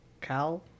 Cal